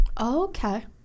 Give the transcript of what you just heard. Okay